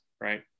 right